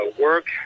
Work